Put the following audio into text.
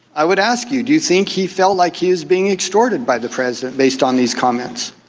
i would ask you, do you think he felt like he was being extorted by the president based on these comments?